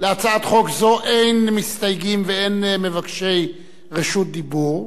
להצעת חוק זו אין מסתייגים ואין מבקשי רשות דיבור,